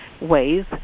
ways